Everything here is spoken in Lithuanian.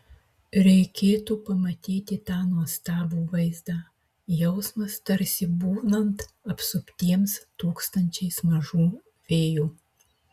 reikėtų pamatyti tą nuostabų vaizdą jausmas tarsi būnant apsuptiems tūkstančiais mažų fėjų